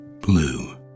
Blue